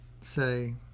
say